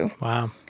Wow